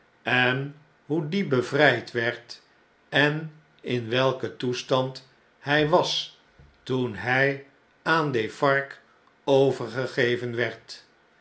en hoe die bevrgd werd en in welken toestand hjj was toen hij aan defarge overgegeven werd